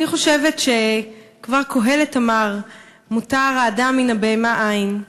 אני חושבת שכבר קהלת אמר: "מותר האדם מן הבהמה אין",